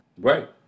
Right